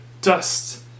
dust